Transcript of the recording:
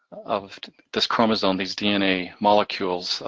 of this chromosome, these dna molecules,